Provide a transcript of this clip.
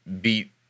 beat